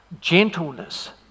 gentleness